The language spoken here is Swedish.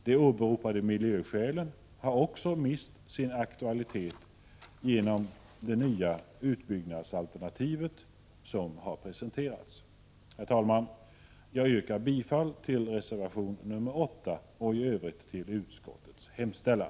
De åberopade miljöskälen har också mist sin aktualitet genom det nya utbyggnadsalternativet som har presenterats. Herr talman! Jag yrkar bifall till reservation 8 och i övrigt till utskottets hemställan.